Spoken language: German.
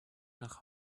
nach